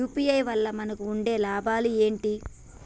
UPI వల్ల మనకు ఉండే లాభాలు ఏంటి?